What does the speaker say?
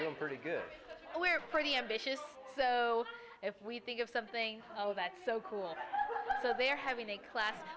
doing pretty good we're pretty ambitious so if we think of something oh that's so cool so they're having a class